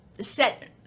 set